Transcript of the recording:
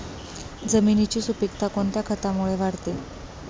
जमिनीची सुपिकता कोणत्या खतामुळे वाढते?